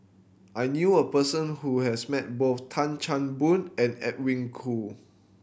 I knew a person who has met both Tan Chan Boon and Edwin Koo